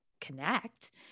connect